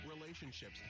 relationships